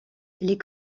les